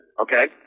Okay